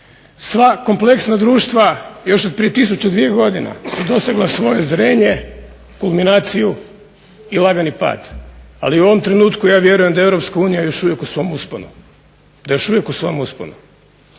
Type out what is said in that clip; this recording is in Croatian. Sva kompleksna društva još od prije 1000, dvije godina su dosegla svoje zrenje, kulminaciju i lagani pad. Ali u ovom trenutku ja vjerujem da je Europska unija još uvijek u svom usponu, da je još uvijek u svom usponu.